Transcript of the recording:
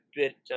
bit